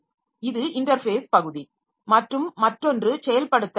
இது இன்டர்ஃபேஸ் பகுதி மற்றும் மற்றொன்று செயல்படுத்தல் பகுதி